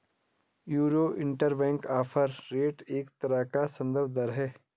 euro interbank offer rate एक तरह का सन्दर्भ दर है